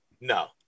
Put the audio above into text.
No